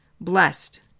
blessed